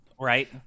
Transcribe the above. Right